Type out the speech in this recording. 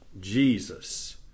Jesus